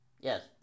Yes